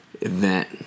event